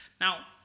Now